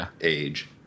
age